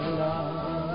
love